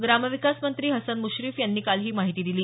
ग्रामविकास मंत्री हसन मृश्रीफ यांनी काल ही माहिती दिली